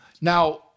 Now